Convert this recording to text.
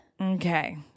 Okay